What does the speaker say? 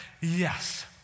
yes